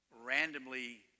Randomly